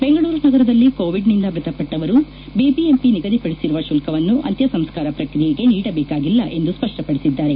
ಬೆಂಗಳೂರು ನಗರದಲ್ಲಿ ಕೋವಿಡ್ನಿಂದ ಮ್ಮತಪಟ್ಟವರು ಬಿಬಿಎಂಪಿ ನಿಗದಿಪಡಿಸಿರುವ ಶುಲ್ಕವನ್ನು ಅಂತ್ಯಸಂಸ್ಕಾರ ಪ್ರಕ್ರಿಯೆಗೆ ನೀಡಬೇಕಾಗಿಲ್ಲ ಎಂದು ಸ್ಪಷ್ಟಪಡಿಸಿದ್ದಾರೆ